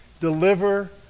deliver